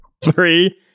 Three